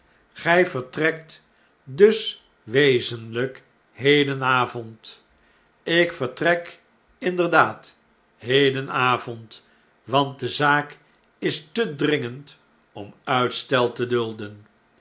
vertrekt dus wezenlyk hedenavond ik vertrek inderdaad hedenavond want de zaak is te dringend om uitstel te dulden